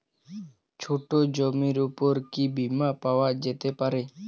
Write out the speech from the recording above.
ছোট জমির উপর কি বীমা পাওয়া যেতে পারে?